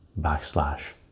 backslash